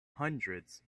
hundreds